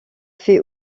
fait